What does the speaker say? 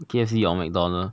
K_F_C or mcdonald